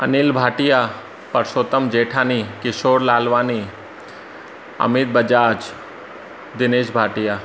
Anil Bhatia Parshotam Jethani Kishore Lalwani Amit Bajaj Dinesh Bhatia